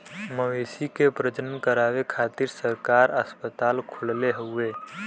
मवेशी के प्रजनन करावे खातिर सरकार अस्पताल खोलले हउवे